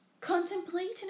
Contemplating